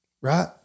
Right